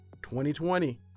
2020